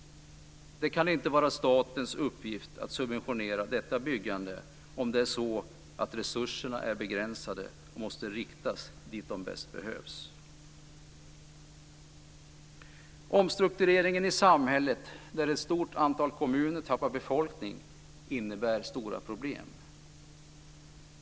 Det kan inte vara statens uppgift att subventionera detta byggande. Resurserna är begränsade och måste riktas dit de bäst behövs. Omstruktureringen i samhället, där ett stort antal kommuner tappar befolkning, innebär stora problem.